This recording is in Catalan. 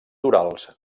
torals